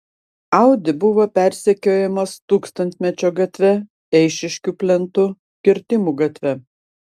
audi buvo persekiojamas tūkstantmečio gatve eišiškių plentu kirtimų gatve